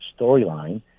storyline